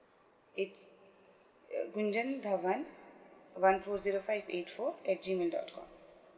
it's uh gunjan thawan one four zero five eight four at Gmail dot com